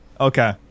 Okay